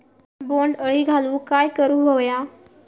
बोंड अळी घालवूक काय करू व्हया?